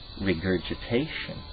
regurgitation